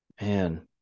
Man